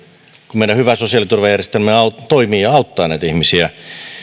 kun meidän hyvä sosiaaliturvajärjestelmämme toimii ja auttaa näitä ihmisiä